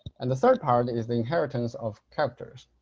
and the third part is the inheritance of captors.